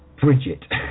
Bridget